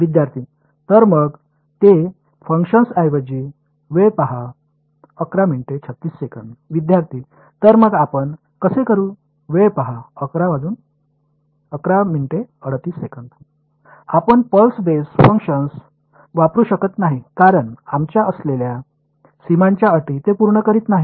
विद्यार्थी तर या बेस फंक्शन्सऐवजी विद्यार्थी तर मग आपण कसे करू आपण पल्स बेस फंक्शन्स वापरू शकत नाही कारण आमच्यात असलेल्या सीमांच्या अटी ते पूर्ण करीत नाहीत